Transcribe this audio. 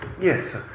Yes